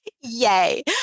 Yay